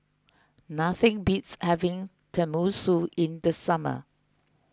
nothing beats having Tenmusu in the summer